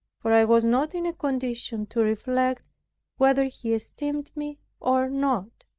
for i was not in a condition to reflect whether he esteemed me or not.